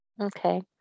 okay